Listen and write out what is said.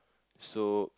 so